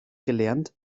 gelernt